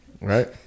right